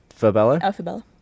Fabella